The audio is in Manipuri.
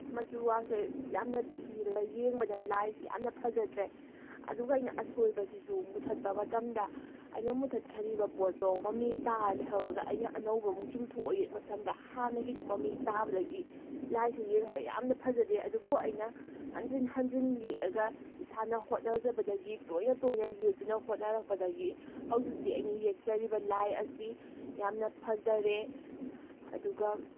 ꯃꯆꯨꯒꯁꯦ ꯌꯥꯝꯅ ꯊꯤꯔꯒ ꯌꯦꯡꯕꯗ ꯂꯥꯏꯁꯤ ꯌꯥꯝꯅ ꯐꯖꯗ꯭ꯔꯦ ꯑꯗꯨꯒ ꯑꯩꯅ ꯑꯁꯣꯏꯕꯁꯤꯁꯨ ꯃꯨꯊꯠꯄ ꯃꯇꯝꯗ ꯑꯩꯅ ꯃꯨꯊꯠꯈꯔꯤꯕ ꯄꯣꯠꯈꯔꯤꯕ ꯄꯣꯠꯇꯣ ꯃꯃꯤ ꯇꯥꯔ ꯂꯩꯍꯧꯔꯒ ꯑꯩꯅ ꯑꯅꯧꯕ ꯑꯃꯨꯛ ꯆꯨꯝꯊꯣꯛꯑꯒ ꯌꯦꯛ ꯃꯇꯝꯗ ꯍꯥꯟꯅꯒꯤꯗꯣ ꯃꯃꯤ ꯇꯥꯕꯗꯒꯤ ꯂꯥꯏꯁꯦ ꯌꯦꯡꯕꯗ ꯌꯥꯝꯅ ꯐꯖꯗꯦ ꯑꯗꯨꯕꯨ ꯑꯩꯅ ꯍꯟꯖꯤꯟ ꯍꯟꯖꯤꯟ ꯌꯦꯛꯑꯒ ꯏꯁꯥꯅ ꯍꯣꯠꯅꯖꯕꯗꯒꯤ ꯇꯣꯏꯅ ꯇꯣꯏꯅ ꯌꯦꯛꯇꯨꯅ ꯍꯣꯠꯅꯔꯛꯄꯗꯒꯤ ꯍꯧꯖꯤꯛꯇꯤ ꯑꯩꯅ ꯌꯦꯛꯆꯔꯤꯕ ꯂꯥꯏ ꯑꯁꯤ ꯌꯥꯝꯅ ꯐꯖꯔꯦ ꯑꯗꯨꯒ